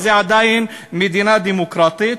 וזו עדיין מדינה דמוקרטית.